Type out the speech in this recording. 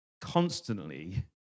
constantly